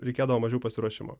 reikėdavo mažiau pasiruošimo